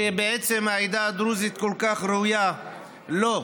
שבעצם העדה הדרוזית כל כך ראויה לה.